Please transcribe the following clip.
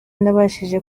nabashije